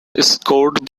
scored